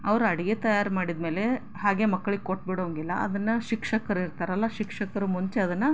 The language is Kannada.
ಅವ್ರು ಅಡಿಗೆ ತಯಾರು ಮಾಡಿದ ಮೇಲೆ ಹಾಗೆ ಮಕ್ಳಿಗೆ ಕೊಟ್ಟುಬಿಡೋ ಹಂಗಿಲ್ಲ ಅದನ್ನು ಶಿಕ್ಷಕರು ಇರ್ತಾರಲ್ಲಾ ಶಿಕ್ಷಕರು ಮುಂಚೆ ಅದನ್ನು